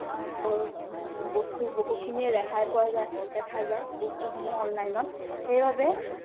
বস্তু বহুখিনিয়ে ৰেহাই পোৱা যায় দেখা যায় বস্তুসমূহ অনলাইনত সেইবাবে